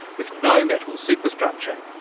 with no metal super-structure.